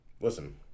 Listen